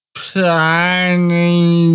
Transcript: planning